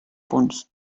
punts